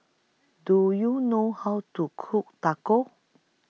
Do YOU know How to Cook Tacos